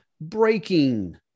breaking